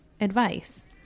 advice